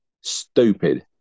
stupid